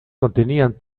contenían